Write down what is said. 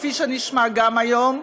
כפי שנשמע גם היום.